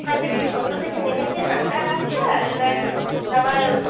ওখান থেকে কি টোটো থেকে নেমে কি হাঁটা রাস্তা না আবার